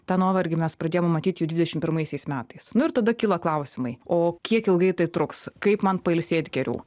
tą nuovargį mes pradėjom matyt jau dvidešim pirmaisiais metais nu ir tada kyla klausimai o kiek ilgai tai truks kaip man pailsėt geriau